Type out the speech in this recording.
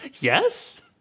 yes